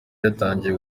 yatangiye